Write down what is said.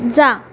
जा